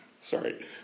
Sorry